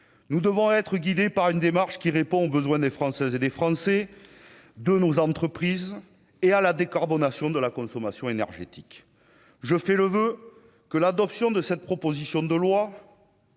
nous devons être guidé par une démarche qui répond aux besoins des Françaises et des Français de nos entreprises et à la décarbonation de la consommation énergétique, je fais le voeu que l'adoption de cette proposition de loi.